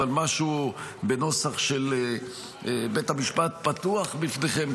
אבל משהו בנוסח: בית המשפט פתוח בפניכם,